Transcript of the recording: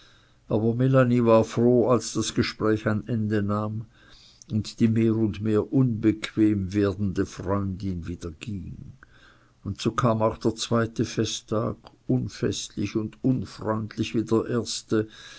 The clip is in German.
aber melanie war froh als das gespräch ein ende nahm und die mehr und mehr unbequem werdende freundin wieder ging und so kam auch der zweite festtag unfestlich und unfreundlich wie der erste